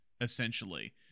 essentially